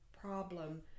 problem